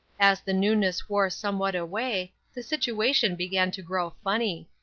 as the newness wore somewhat away, the situation began to grow funny.